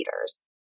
leaders